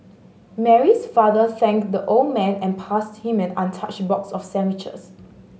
Mary's father thanked the old man and passed him an untouched box of sandwiches